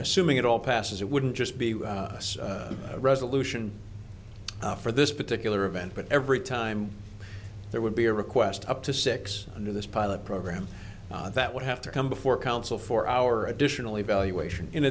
assuming it all passes it wouldn't just be us resolution for this particular event but every time there would be a request up to six under this pilot program that would have to come before council for our additional evaluation in